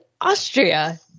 Austria